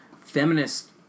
feminist